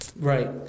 Right